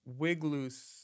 Wigloose